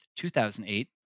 2008